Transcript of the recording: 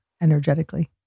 energetically